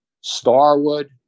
Starwood